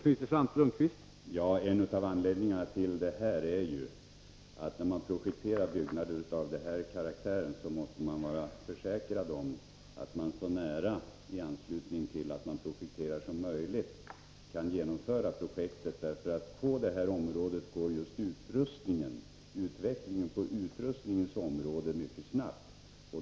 Herr talman! En av anledningarna till att projekteringen inte påbörjats är att man vid projektering av byggnader av den här karaktären måste vara säker på att i så nära anslutning som möjligt till projekteringen kunna genomföra byggnationen. På det här området går utvecklingen just när det gäller utrustning mycket snabbt.